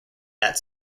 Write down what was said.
that